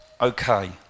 Okay